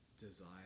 Desire